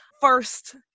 First